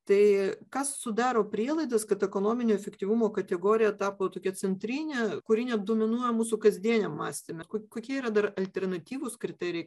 tai kas sudaro prielaidas kad ekonominio efektyvumo kategorija tapo tokia centrinė kuri net dominuoja mūsų kasdieniam mąstyme kok kokie yra alternatyvūs kriterijai